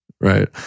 Right